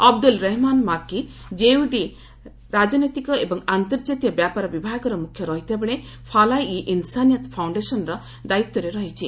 Abdul Rehman Makki JUD ରାଜନୈତିକ ଏବଂ ଆନ୍ତର୍ଜାତୀୟ ବ୍ୟାପାର ବିଭାଗର ମୁଖ୍ୟ ରହିଥିବା ବେଳେ ଫାଲାହ ଇ ଇନ୍ସାନିୟତ୍ ଫାଉଣ୍ଡେସନ୍ର ଦାୟିତ୍ୱରେ ରହିଛି